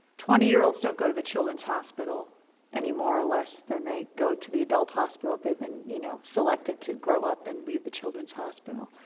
twenty year olds don't go to the children's hospital any more or less than they go to the adult hospital if they've been, you know, selected to grow up and leave the children's hospital.